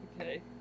Okay